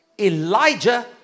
Elijah